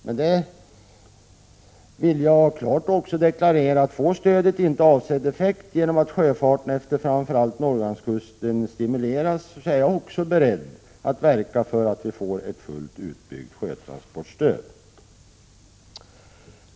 Men jag vill också deklarera att om stödet inte får avsedd effekt så att sjöfarten utefter framför allt Norrlandskusten stimuleras, då är också jag beredd att verka för att vi får ett fullt utbyggt sjötransportstöd.